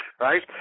right